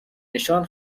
نشان